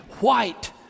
white